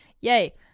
Yay